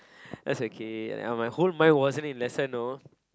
that's okay and hope mind wasn't in lesson know